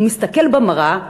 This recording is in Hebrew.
הוא מסתכל במראה,